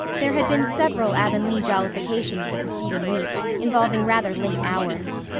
there had been several avonlea jollifications the preceding week, involving rather late hours.